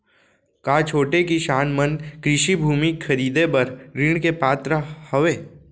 का छोटे किसान मन कृषि भूमि खरीदे बर ऋण के पात्र हवे?